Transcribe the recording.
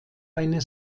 eine